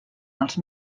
els